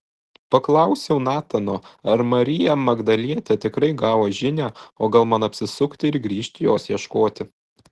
paklausiau natano ar marija magdalietė tikrai gavo žinią o gal man apsisukti ir grįžt jos ieškoti